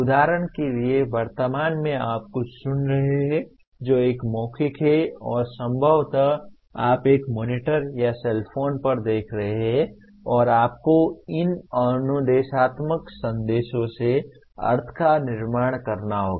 उदाहरण के लिए वर्तमान में आप कुछ सुन रहे हैं जो एक मौखिक है और संभवतः आप एक मॉनिटर या सेलफोन पर देख रहे हैं और आपको उन अनुदेशात्मक संदेशों से अर्थ का निर्माण करना होगा